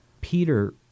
Peter